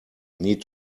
need